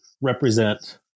represent